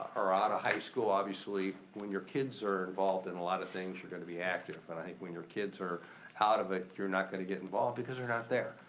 are outta high school. obviously when your kids are involved in a lotta things you're gonna be active. when and when your kids are out of it, you're not gonna get involved because they're not there.